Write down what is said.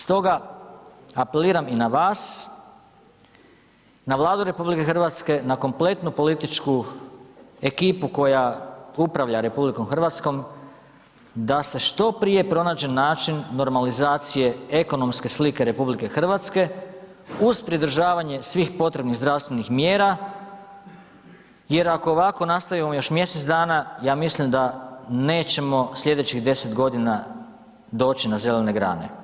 Stoga apeliram i na vas, na Vladu RH, na kompletnu političku ekipu koja upravlja RH da se što prije pronađe način normalizacije ekonomske slike RH uz pridržavanje svih potrebnih zdravstvenih mjera jer ako ovako nastavimo još mjesec dana, ja mislim da nećemo slijedećih 10.g. doći na zelene grane.